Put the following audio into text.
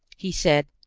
he said,